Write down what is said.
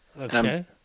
Okay